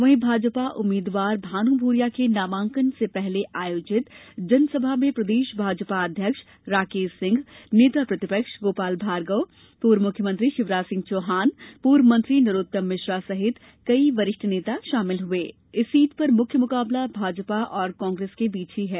वहीं भाजपा उम्मीद्वार भानु भूरिया के नामांकन से पहले आयोजित जनसभा में प्रदेश भाजपा अध्यक्ष राकेश सिंह नेता प्रतिपक्ष गोपाल भार्गव पूर्व मुख्यमंत्री शिवराज सिंह चौहान पूर्व मंत्री नरोत्तम मिश्रा सहित कई वरिष्ठ नेता इस सीट पर मुख्य मुकाबला भाजपा और कांग्रेस के बीच ही है